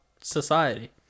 society